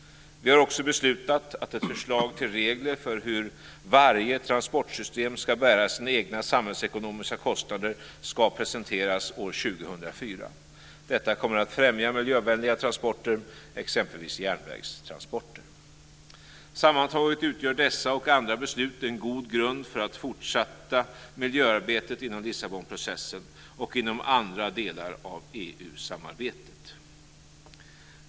· Vi har också beslutat att ett förslag till regler för hur varje transportsystem ska bära sina egna samhällsekonomiska kostnader ska presenteras år 2004. Detta kommer att främja miljövänliga transporter, exempelvis järnvägstransporter. Sammantaget utgör dessa och andra beslut en god grund för det fortsatta miljöarbetet inom Lissabonprocessen och inom andra delar av EU-samarbetet. Herr talman!